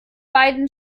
beiden